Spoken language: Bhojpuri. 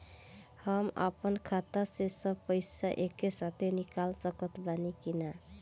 हम आपन खाता से सब पैसा एके साथे निकाल सकत बानी की ना?